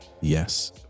yes